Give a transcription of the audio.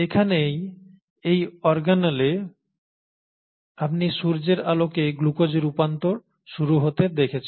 এখানেই এই অর্গানলে আপনি সূর্যের আলোকে গ্লুকোজে রূপান্তর শুরু হতে দেখেছেন